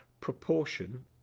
proportion